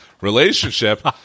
relationship